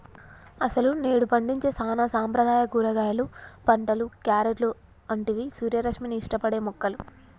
అసలు నేడు పండించే సానా సాంప్రదాయ కూరగాయలు పంటలు, క్యారెట్లు అంటివి సూర్యరశ్మిని ఇష్టపడే మొక్కలు